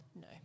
No